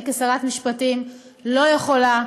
אני כשרת משפטים לא יכולה